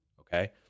Okay